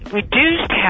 reduced